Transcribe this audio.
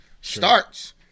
starts